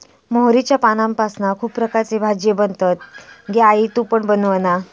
मोहरीच्या पानांपासना खुप प्रकारचे भाजीये बनतत गे आई तु पण बनवना